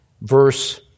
Verse